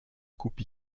coupe